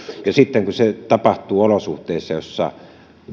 ja sitten kun konflikti tapahtuu olosuhteissa joissa